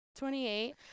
28